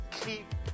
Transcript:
keep